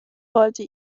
wollte